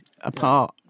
apart